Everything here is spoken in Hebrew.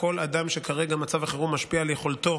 כל אדם שכרגע מצב החירום משפיע על יכולתו